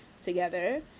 together